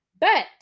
But-